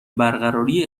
برقراری